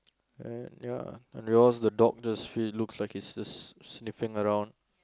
and ya and there's was the dog just looks like he's sniffing around